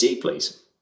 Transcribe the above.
please